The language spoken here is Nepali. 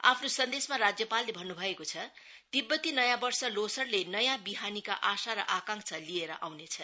आफ्नो जन्देशमा राज्यपालले भन्नुभएको छ तिब्बती नयाँ वर्ष लोसरले नयाँ बिहानी को आशा र आंकक्षा लिएर आउँनेछ